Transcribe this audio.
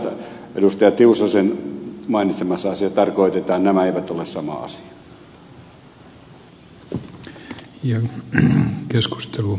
tiusasen mainitsemassa asiassa tarkoitetaan nämä eivät ole sama asia